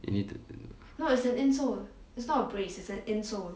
you need to